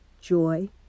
joy